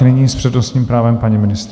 Nyní s přednostním právem paní ministryně.